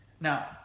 now